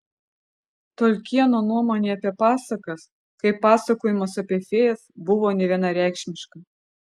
tolkieno nuomonė apie pasakas kaip pasakojimus apie fėjas buvo nevienareikšmiška